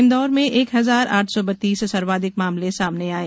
इंदौर में एक हजार आठ सौ बत्तीस सर्वाधिक मामले सामने आये